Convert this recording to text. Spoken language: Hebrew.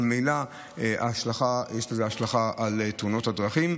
וממילא יש לזה השלכה על תאונות הדרכים.